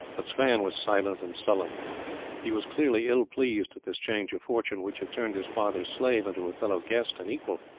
but sweyn was silent and sullen he was clearly ill-pleased at this change of fortune which had turned his father's slave into a fellow-guest and equal.